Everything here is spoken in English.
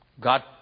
God